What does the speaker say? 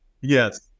yes